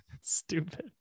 Stupid